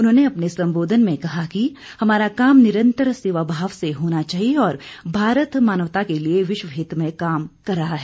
उन्होंने अपने संबोधन में कहा कि हमारा काम निरंतर सेवा भाव से होना चाहिए और भारत मानवता के लिए विश्व हित में काम कर रहा है